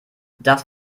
das